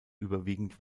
überwiegend